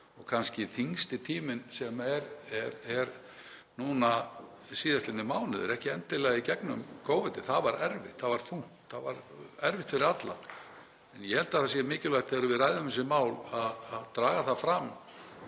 og kannski þyngsti tíminn núna síðastliðna mánuði, ekki endilega í gegnum Covid. Það var erfitt. Það var þungt, það var erfitt fyrir alla. En ég held að það sé mikilvægt þegar við ræðum þessi mál að draga það fram